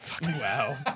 Wow